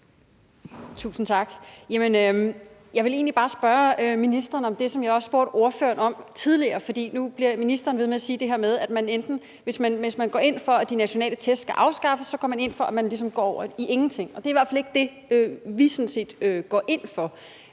Tusind tak. Jeg vil egentlig bare spørge ministeren om det, som jeg også spurgte ordføreren om tidligere. For nu bliver ministeren ved med at sige det her med, at hvis man går ind for, at de nationale test skal afskaffes, så går man ind for, at man ligesom går over i ingenting, og det er i hvert fald ikke det, vi sådan set